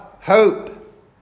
hope